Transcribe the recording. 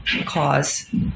cause